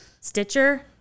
Stitcher